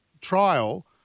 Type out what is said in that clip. trial